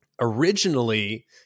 originally